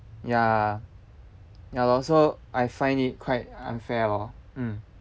ya ya lor so I find it quite unfair lor mm